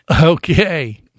Okay